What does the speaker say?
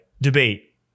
Debate